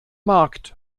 markt